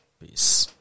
peace